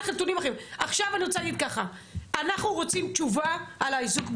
אנחנו רוצים תשובה על האיזוק באלכסון.